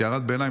כהערת ביניים,